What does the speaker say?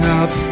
up